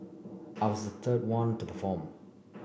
I was third one to perform